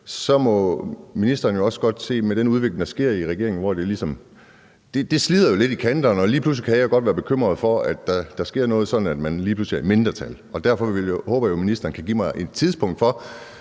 så må ministeren jo også godt kunne se, at man med den udvikling, der sker i regeringen, hvor det ligesom slider lidt i kanterne, godt kan blive bekymret for, at der sker noget, sådan at man lige pludselig er i mindretal. Derfor håber jeg, at ministeren kan give mig et tidspunkt,